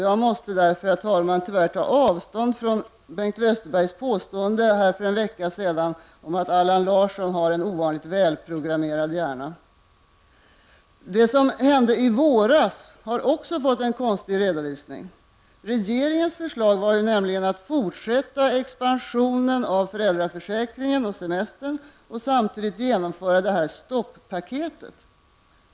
Jag måste tyvärr, herr talman, ta avstånd från Bengt Westerbergs påstående för en vecka sedan att Allan Larsson har en ovanligt välprogrammerad hjärna. Det som hände i våras har också fått en konstig redovisning. Regeringens förslag var nämligen att fortsätta expansionen av föräldraförsäkringen och semestern och samtidigt genomföra stopp-paketet.